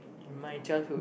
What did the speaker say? in my childhood